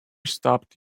stopped